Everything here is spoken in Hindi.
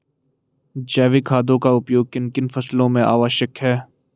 जैविक खादों का उपयोग किन किन फसलों में आवश्यक है?